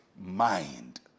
mind